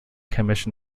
commission